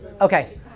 Okay